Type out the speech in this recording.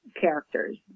characters